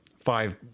Five